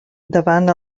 davant